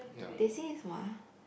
they said is what